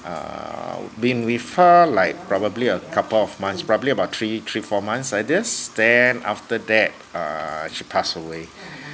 uh been with her like probably a couple of months probably about three three four months like this then after that err she pass away